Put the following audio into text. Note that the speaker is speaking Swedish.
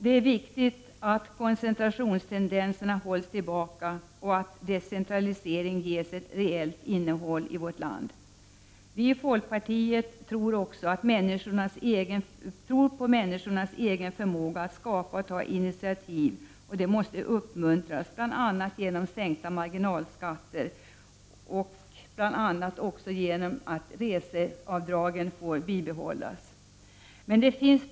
Det är viktigt att koncentrationstendenserna hålls tillbaka och att decentralisering ges ett reellt innehåll. Vi i folkpartiet tror också på människornas egen förmåga att skapa och ta initiativ. Sådant måste uppmuntras, bl.a. genom en sänkning av marginalskatterna liksom också genom ett bibehållande av resebidragen.